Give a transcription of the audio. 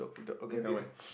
okay